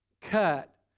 cut